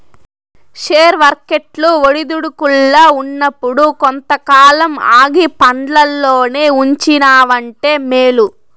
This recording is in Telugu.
షేర్ వర్కెట్లు ఒడిదుడుకుల్ల ఉన్నప్పుడు కొంతకాలం ఆగి పండ్లల్లోనే ఉంచినావంటే మేలు